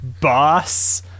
boss